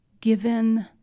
given